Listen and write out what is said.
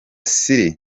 city